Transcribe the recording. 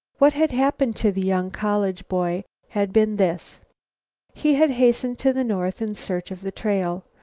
what had happened to the young college boy had been this he had hastened to the north in search of the trail.